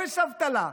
אפס אבטלה,